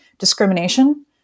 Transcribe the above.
Discrimination